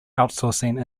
outsourcing